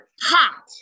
hot